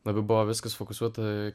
labai buvo viskas fokusuota